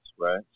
right